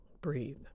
breathe